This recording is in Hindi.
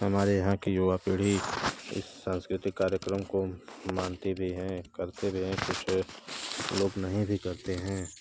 हमारे यहाँ की युवा पीढ़ी सांस्कृतिक कार्यक्रम को मानती भी है लोग नहीं भी कहते हैं